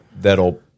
that'll